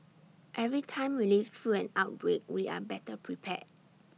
every time we live through an outbreak we are better prepared